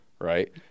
right